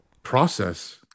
process